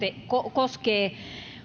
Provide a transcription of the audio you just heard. koskee